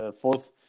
fourth